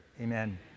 amen